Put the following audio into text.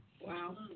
Wow